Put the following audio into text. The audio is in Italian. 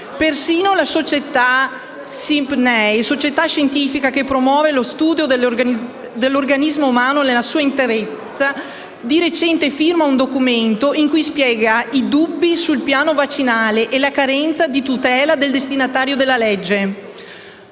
Persino la società SIPNEI (società scientifica che promuove lo studio dell'organismo umano nella sua interezza) di recente firma un documento in cui spiega i dubbi sul piano vaccinale e la carenza di tutela del destinatario della legge.